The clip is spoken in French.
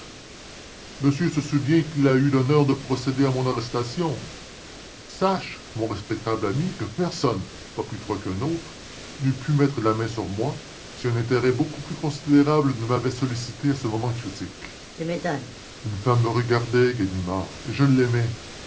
monsieur se souvient qu'il a eu l'honneur de procéder à mon arrestation sachez mon respectable ami que personne pas plus vous qu'un autre n'eût pu mettre la main sur moi si un intérêt beaucoup plus considérable ne m'avait sollicité à ce moment critique vous m'étonnez une femme me regardait ganimard et je l'aimais